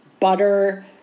butter